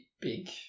Big